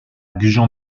gujan